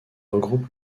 regroupe